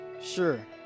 Sure